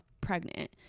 pregnant